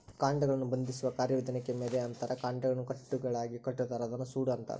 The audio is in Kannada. ಕಾಂಡಗಳನ್ನು ಬಂಧಿಸುವ ಕಾರ್ಯವಿಧಾನಕ್ಕೆ ಮೆದೆ ಅಂತಾರ ಕಾಂಡಗಳನ್ನು ಕಟ್ಟುಗಳಾಗಿಕಟ್ಟುತಾರ ಅದನ್ನ ಸೂಡು ಅಂತಾರ